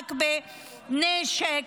ומאבק בנשק,